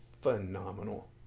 phenomenal